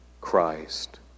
Christ